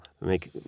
make